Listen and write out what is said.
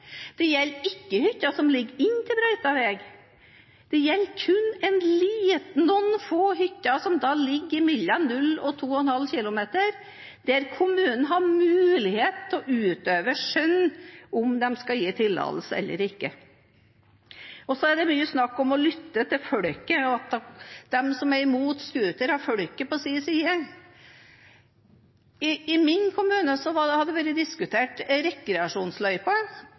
Det gjelder ikke hytter som ligger inntil brøytet vei. Det gjelder kun noen få hytter, som ligger mellom 0 og 2,5 km unna brøytet vei, der kommunen har mulighet til å utøve skjønn – om det skal gis tillatelse eller ikke. Det er mye snakk om å lytte til folket og om at de som er imot scootere, har folket på sin side. I min kommune har en rekreasjonsløype vært diskutert.